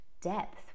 depth